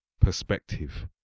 perspective